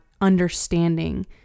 understanding